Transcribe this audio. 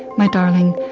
my darling,